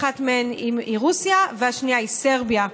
אחת מהן היא רוסיה והשנייה היא סרביה.